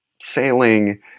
sailing